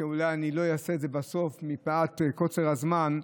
שאולי אני לא אעשה את זה בסוף מפאת קוצר הזמן,